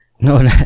No